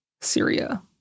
Syria